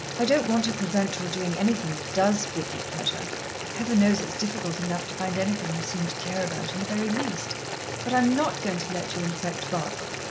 i don't want to prevent your doing anything that does give you pleasure heaven knows it's difficult enough to find anything you seem to care about in the very least but i am not goin' to let you infect barbara.